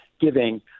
giving